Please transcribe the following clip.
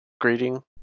greeting